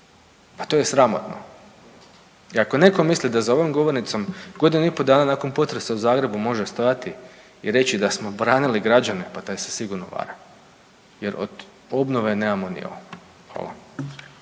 Pa to je sramotno. I ako netko misli da za ovom govornicom godinu i pol dana nakon potresa u Zagrebu može stajati i reći da smo branili građane pa taj se sigurno vara. Jer od obnove nemamo ni